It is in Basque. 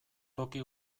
toki